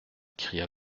cria